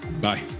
Bye